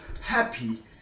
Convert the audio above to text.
happy